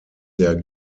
der